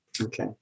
Okay